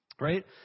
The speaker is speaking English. right